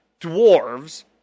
dwarves